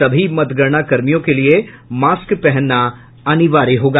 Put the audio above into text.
सभी मतगणना कर्मियों के लिए मास्क पहनना अनिवार्य होगा